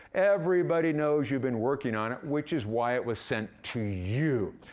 everybody knows you've been working on it, which is why it was sent to you.